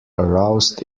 aroused